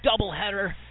doubleheader